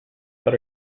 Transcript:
but